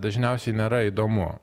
dažniausiai nėra įdomu